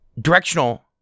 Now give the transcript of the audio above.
directional